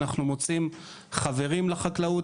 אנחנו מוצאים חברים לחקלאות,